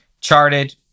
Charted